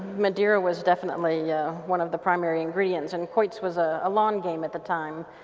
madeira was definitely yeah one of the primary ingredients and koitz was a ah lawn game at the time,